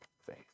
faith